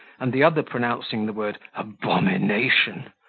and the other pronouncing the word abomination,